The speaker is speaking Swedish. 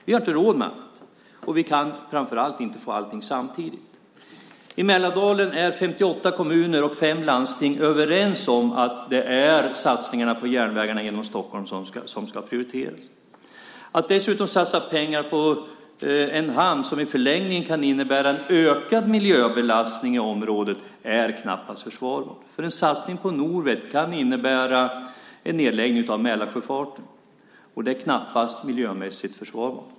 Vi har inte råd med allt, och vi kan framför allt inte få allt samtidigt. I Mälardalen är 58 kommuner och 5 landsting överens om att det är satsningarna på järnvägarna genom Stockholm som ska prioriteras. Att dessutom satsa pengar på en hamn som i förlängningen kan innebära en ökad miljöbelastning i området är knappast försvarbart. En satsning på Norvik kan innebära en nedläggning av Mälarsjöfarten. Det är knappast miljömässigt försvarbart.